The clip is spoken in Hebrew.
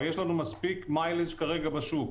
כבר יש לנו מספיק מיילים כרגע בשוק.